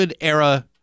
era